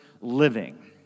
living